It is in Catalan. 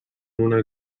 una